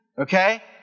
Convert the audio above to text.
Okay